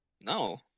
No